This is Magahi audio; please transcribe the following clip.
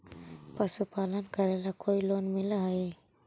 पशुपालन करेला कोई लोन मिल हइ?